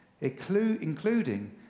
including